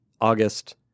August